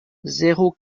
zéro